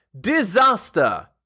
Disaster